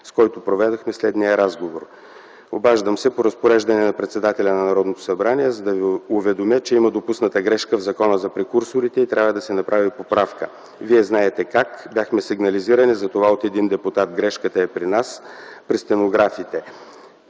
с който проведохме следния разговор: „ ...обаждам се по разпореждане на председателя на Народното събрание, за да Ви уведомя, че има допусната грешка в закона за прекурсорите и трябва да се направи поправка. Вие знаете как. Бяхме сигнализирани за това от един депутат. Грешката е при вас, при стенографите.